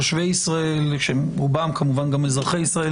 תושבי ישראל שרובם כמובן אזרחי ישראל,